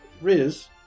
Riz